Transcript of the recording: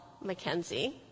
Mackenzie